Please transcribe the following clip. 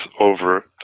over